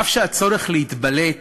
אף שהצורך להתבלט